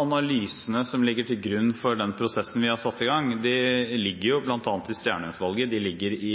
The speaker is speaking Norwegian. Analysene som ligger til grunn for den prosessen vi har satt i gang, ligger bl.a. i Stjernø-utvalget, de ligger i